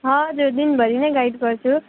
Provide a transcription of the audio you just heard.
हजुर दिनभरि नै गाइड गर्छु